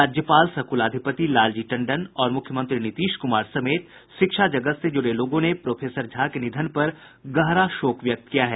राज्यपाल सह कुलाधिपति लालजी टंडन और मुख्यमंत्री नीतीश कुमार समेत शिक्षा जगत से जुड़े लोगों ने प्रोफेसर के निधन पर गहरा शोक व्यक्त किया है